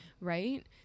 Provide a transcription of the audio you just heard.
right